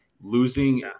losing